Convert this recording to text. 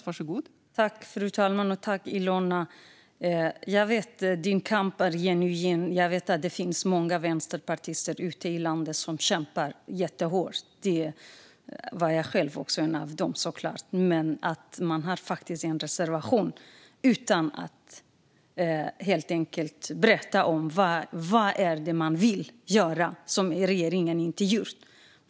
Fru talman! Jag vet, Ilona, att din kamp är genuin. Jag vet att det finns många vänsterpartister ute i landet som kämpar jättehårt - jag själv var såklart en av dem. Men man har faktiskt en reservation utan att berätta vad det är man vill göra som regeringen inte har gjort.